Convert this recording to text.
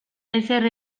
ezer